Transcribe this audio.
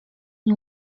nie